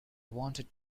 wanted